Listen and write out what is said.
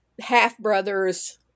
half-brother's